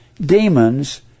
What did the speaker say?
demons